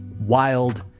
wild